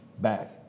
back